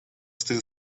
still